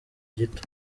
gito